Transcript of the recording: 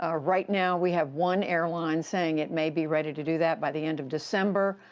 ah right now, we have one airline saying it may be ready to do that by the end of december,